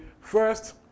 First